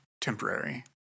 temporary